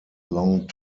long